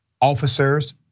officers